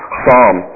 psalm